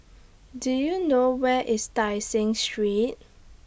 Do YOU know Where IS Tai Seng Street